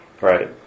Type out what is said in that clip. Right